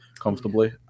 comfortably